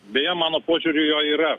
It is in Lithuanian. beje mano požiūriu jo yra